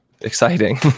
exciting